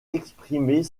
exprimer